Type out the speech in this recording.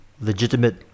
legitimate